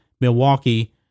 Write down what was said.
Milwaukee